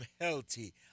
healthy